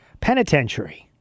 Penitentiary